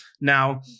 Now